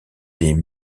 des